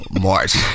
march